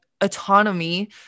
autonomy